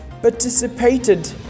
participated